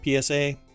psa